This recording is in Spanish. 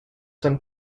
son